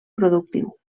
productiu